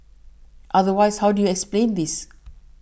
otherwise how do you explain this